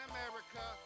America